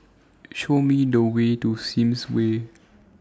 Show Me The Way to Sims Way